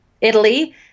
Italy